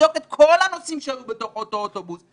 נבדוק את כל הנוסעים שהיו בתוך אותו אוטובוס,